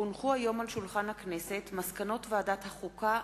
כי הונחו היום על שולחן הכנסת מסקנות ועדת החוקה,